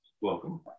Welcome